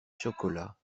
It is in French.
chocolats